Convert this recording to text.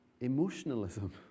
emotionalism